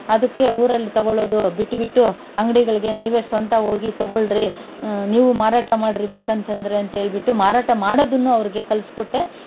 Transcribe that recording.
ಅದಕ್ಕೆ ಊರಲ್ಲಿ ತಗೊಳ್ಳೋದು ಬಿಟ್ಬಿಟ್ಟು ಅಂಗಡಿಗಳಿಗೆ ನೀವೇ ಸ್ವಂತ ಹೋಗಿ ತಗೊಳ್ರಿ ನೀವು ಮಾರಾಟ ಮಾಡಿರಿ ಬೇಕಂತಂದರೆ ಅಂತ ಹೇಳ್ಬಿಟ್ಟು ಮಾರಾಟ ಮಾಡೋದನ್ನೂ ಅವರಿಗೆ ಕಲಿಸ್ಕೊಟ್ಟೆ